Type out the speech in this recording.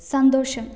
സന്തോഷം